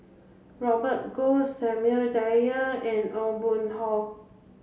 Robert Goh Samuel Dyer and Aw Boon Haw